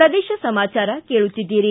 ಪ್ರದೇಶ ಸಮಾಚಾರ ಕೇಳುತ್ತಿದ್ದಿರಿ